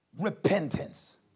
repentance